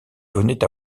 venait